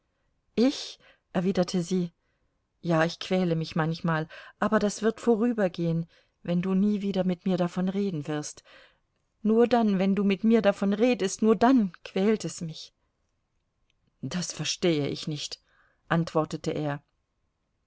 ich erwiderte sie ja ich quäle mich manchmal aber das wird vorübergehen wenn du nie wieder mit mir davon reden wirst nur dann wenn du mit mir davon redest nur dann quält es mich das verstehe ich nicht antwortete er